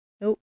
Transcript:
Nope